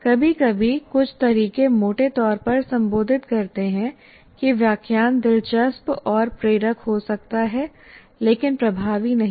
कभी कभी कुछ तरीके मोटे तौर पर संबोधित करते हैं कि व्याख्यान दिलचस्प और प्रेरक हो सकता है लेकिन प्रभावी नहीं है